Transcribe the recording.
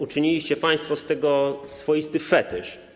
Uczyniliście państwo z tego swoisty fetysz.